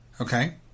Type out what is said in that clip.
Okay